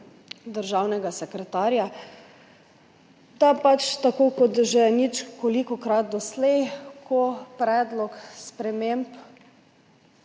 državnega sekretarja, da pač tako kot že ničkolikokrat doslej, ko predlog sprememb